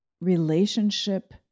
relationship